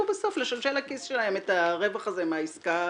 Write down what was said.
בסוף לשלשל לכיס שלהם את הרווח הזה מהעסקה